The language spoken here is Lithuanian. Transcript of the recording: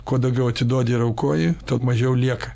kuo daugiau atiduodi ir aukoji tuo mažiau lieka